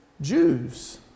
Jews